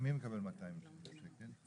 מי מקבל 200 אלף שקלים?